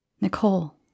Nicole